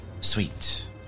sweet